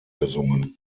gesungen